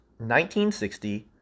1960